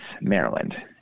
Maryland